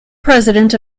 president